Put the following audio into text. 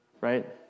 Right